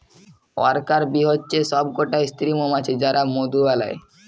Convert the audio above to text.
worker bee হচ্যে সব কটা স্ত্রী মমাছি যারা মধু বালায়